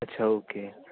अच्छा ओके